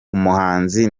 umuhanzi